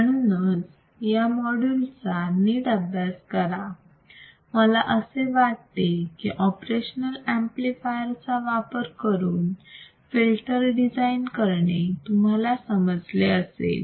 म्हणूनच या मॉड्यूलचा नीट अभ्यास करा मला असे वाटते की ऑपरेशनाल अंपलिफायर चा वापर करून फिल्टर डिझाईन करणे तुम्हाला समजले असेल